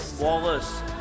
Wallace